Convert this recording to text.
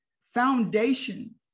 foundation